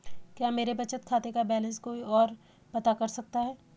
क्या मेरे बचत खाते का बैलेंस कोई ओर पता कर सकता है?